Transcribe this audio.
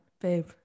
babe